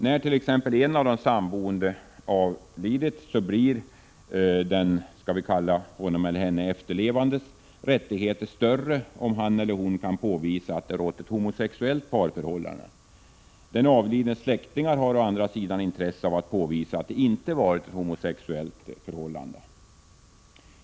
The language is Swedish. När t.ex. en av de samboende avlidit blir den efterlevandes rättigheter större om han eller hon kan påvisa att det rått ett homosexuellt parförhållande. Den avlidnes släktingar har å andra sidan intresse av att påvisa att det inte har varit ett homosexuellt förhållande.